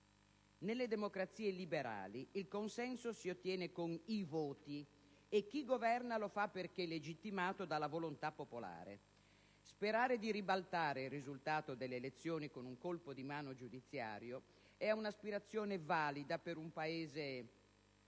Nelle democrazie liberali il consenso si ottiene con i voti e chi governa lo fa perché è legittimato dalla volontà popolare. Sperare di ribaltare il risultato delle elezioni con un colpo di mano giudiziario è un'aspirazione valida per un Paese